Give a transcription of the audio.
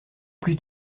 plus